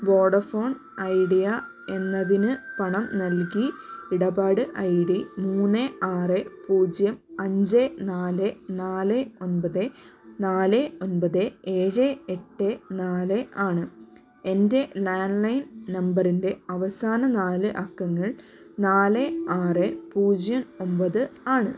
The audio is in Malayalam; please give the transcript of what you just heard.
വോഡഫോൺ ഐഡിയ എന്നതിന് പണം നൽകി ഇടപാട് ഐ ഡി മൂന്ന് ആറ് പൂജ്യം അഞ്ച് നാല് നാല് ഒമ്പത് നാല് ഒമ്പത് ഏഴ് എട്ട് നാല് ആണ് എന്റെ ലാൻലൈൻ നമ്പറിന്റെ അവസാന നാല് അക്കങ്ങൾ നാല് ആറ് പൂജ്യം ഒമ്പത് ആണ്